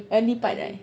early part eh